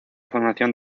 fundación